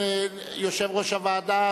יושב-ראש הוועדה,